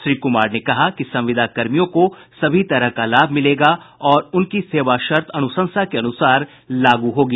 श्री कुमार ने कहा कि संविदा कर्मियों को सभी तरह का लाभ मिलेगा और उनकी सेवा शर्त अनुशंसा के अनुसार लागू होगी